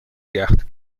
gerd